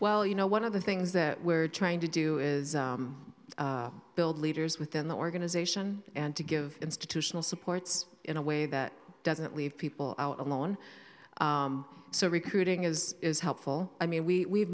well you know one of the things that we're trying to do is build leaders within the organization and to give institutional supports in a way that doesn't leave people out alone so recruiting is is helpful i mean we